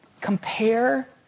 Compare